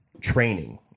Training